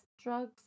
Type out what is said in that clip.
Drugs